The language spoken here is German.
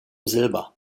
silber